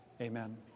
Amen